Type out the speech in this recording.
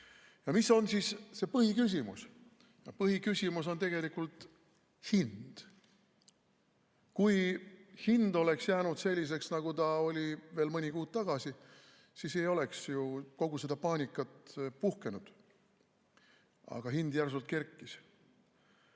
Mis on siis see põhiküsimus? Põhiküsimus on tegelikult hind. Kui hind oleks jäänud selliseks, nagu see oli veel mõni kuu tagasi, siis ei oleks ju kogu seda paanikat puhkenud. Aga hind järsult kerkis.